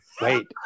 Wait